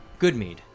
Goodmead